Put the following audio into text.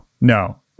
no